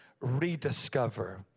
rediscover